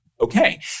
Okay